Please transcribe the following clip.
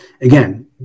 again